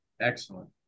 excellent